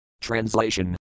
Translation